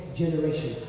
generation